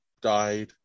died